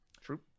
True